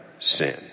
sin